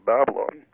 Babylon